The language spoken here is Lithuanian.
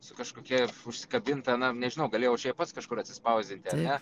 su kažkokia ir užsikabinta na nežinau galėjau aš ją pats kažkur atsispausdinti ar ne